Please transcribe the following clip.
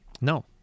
No